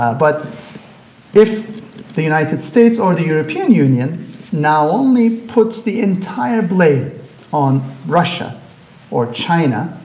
but if the united states or the european union now only puts the entire blame on russia or china,